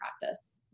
practice